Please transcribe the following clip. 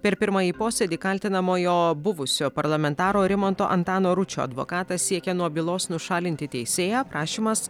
per pirmąjį posėdį kaltinamojo buvusio parlamentaro rimanto antano ručio advokatas siekia nuo bylos nušalinti teisėją prašymas